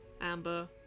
Amber